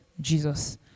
Jesus